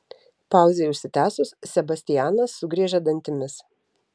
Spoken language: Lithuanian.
pauzei užsitęsus sebastianas sugriežė dantimis